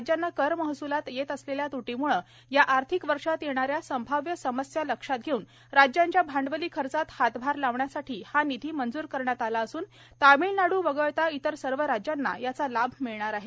राज्यांना कर महस्लात येत असलेल्या त्टीमुळे या आर्थिक वर्षात येणाऱ्या संभाव्य समस्या लक्षात घेऊन राज्यांच्या भांडवली खर्चात हातभार लावण्यासाठी हा निधी मंजूर करण्यात आला असून तामिळनाडू वगळता इतर सर्व राज्यांना याचा लाभ मिळणार आहे